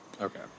Okay